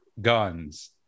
guns